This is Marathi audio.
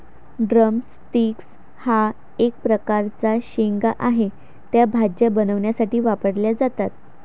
ड्रम स्टिक्स हा एक प्रकारचा शेंगा आहे, त्या भाज्या बनवण्यासाठी वापरल्या जातात